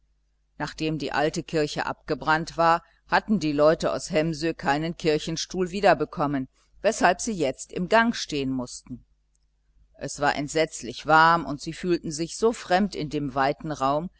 nachdem die alte kirche abgebrannt war hatten die leute aus hemsö keinen kirchenstuhl wieder bekommen weshalb sie jetzt im gange stehen mußten es war entsetzlich warm und sie fühlten sich so fremd in dem weiten raum